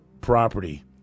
property